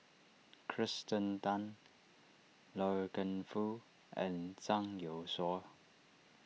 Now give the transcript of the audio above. Kirsten Tan Loy Keng Foo and Zhang Youshuo